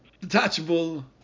detachable